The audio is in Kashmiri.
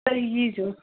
تُہۍ ییٖزیو